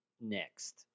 Next